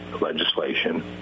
legislation